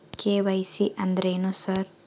KYC ಅಂದ್ರೇನು sir?